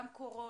גם קורונה,